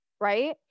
right